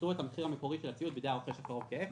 יקראו את המחיר המקורי של הציוד בידי הרוכש הקרוב כאפס.